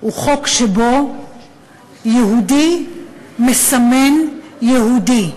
הוא חוק שבו יהודי מסמן יהודי,